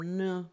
no